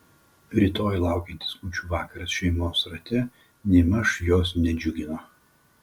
rytoj laukiantis kūčių vakaras šeimos rate nėmaž jos nedžiugino